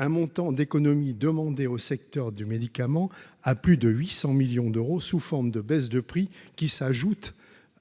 un montant d'économies demandées au secteur du médicament à plus de 800 millions d'euros sous forme de baisses de prix qui s'ajoute